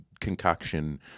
concoction